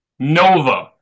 Nova